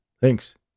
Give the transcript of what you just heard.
Thanks